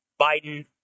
Biden